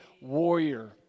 warrior